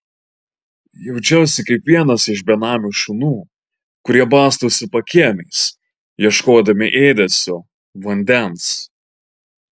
jaučiausi kaip vienas iš benamių šunų kurie bastosi pakiemiais ieškodami ėdesio vandens